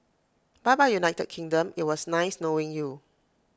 bye bye united kingdom IT was nice knowing you